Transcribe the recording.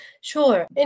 Sure